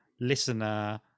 listener